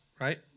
Right